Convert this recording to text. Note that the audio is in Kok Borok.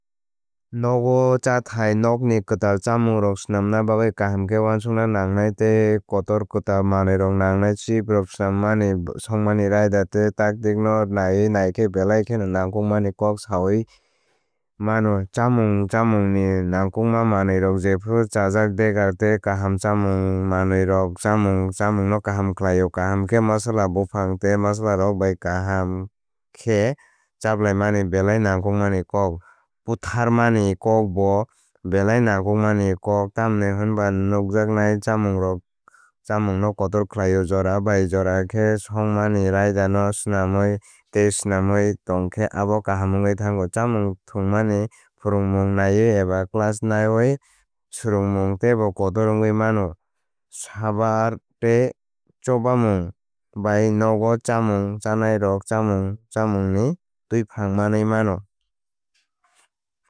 Nogo chathainoknikwtal chamungrok swnamna bagwi kaham khe uansukna nangnai tei kotorkwtal manwirok nangnai. Chip rok swnammani shongmani raida tei taktik no naiwi naikhe belai kheno nangkukmani kok saimanwi mano. Chámung chámungni nangkukma manwirok jephru chajak degar tei kaham chámung manwirok chámungno kaham khlaio. Kaham khe masala buphang tei masalarok bai khe kaham khe chaplaimani belai nangkukmani kok. Pwtharmani kokbo belai nangkukmani kok tamni hwnba nukjaknai chamungrok chámungno kotor khlaio. Jora bai jora khe shongmani raida no swnamwi tei swnamwi tongkhe abo kaham wngwi thango. Chamung thwngmani phwrwngmung naiwi eba clach naiwi swrungmung teibo kotor wngwi mano. Saabaar tei chubamung bai nogo chámung chánairok chamung chamungni tẃiphang manwi mano.